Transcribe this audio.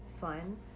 fun